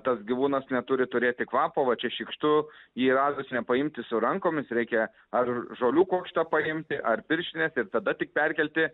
tas gyvūnas neturi turėti kvapo va čia šykštu jį radus nepaimti su rankomis reikia ar žolių kuokštą paimti ar pirštines ir tada tik perkelti